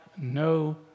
no